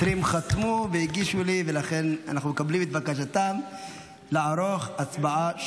20 חתמו והגישו לי ולכן אנחנו מקבלים את בקשתם לערוך הצבעה שמית.